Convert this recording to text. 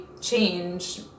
change